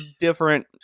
different